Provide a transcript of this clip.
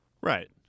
Right